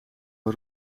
een